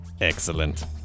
Excellent